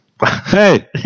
Hey